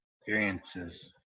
experiences